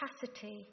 capacity